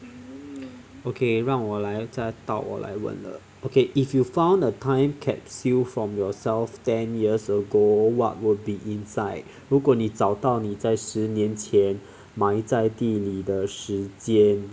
okay 让我来再到我来问了 okay pocket if you found a time capsule from yourself ten years ago what would be inside 如果你找到你在十年前埋在地里的时间